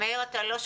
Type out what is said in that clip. כתבה לי